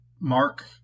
mark